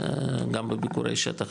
גם בביקורי שטח,